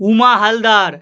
Uma Haldar